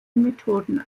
methoden